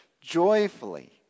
Joyfully